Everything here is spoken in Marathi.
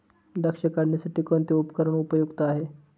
द्राक्ष काढणीसाठी कोणते उपकरण उपयुक्त आहे?